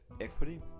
equity